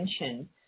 attention